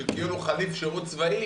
כאילו חליף שירות צבאי,